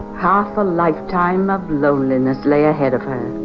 half a lifetime of loneliness lay ahead of her.